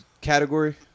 category